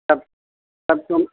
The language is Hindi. तब तब तुम